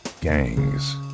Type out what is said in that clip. gangs